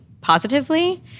positively